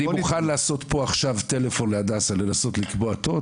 אני מוכן לעשות עכשיו טלפון ל"הדסה" ולנסות לקבוע תור,